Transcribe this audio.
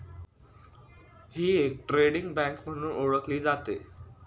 ही एक trading bank म्हणून ओळखली जाते